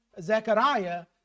Zechariah